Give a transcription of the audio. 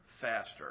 faster